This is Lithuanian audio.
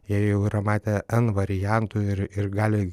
jie jau yra matę n variantų ir ir gali